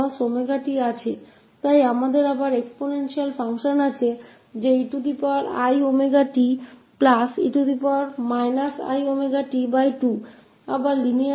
तो यह cosh wt है और फिर हमारे पास cos 𝜔𝑡 है इसलिए हमारे पास फिर से exponential function eiwte iwt2है